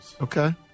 Okay